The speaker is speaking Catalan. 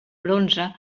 bronze